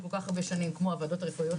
כל כך הרבה שנים כמו הועדות הרפואיות,